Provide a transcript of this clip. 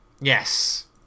Yes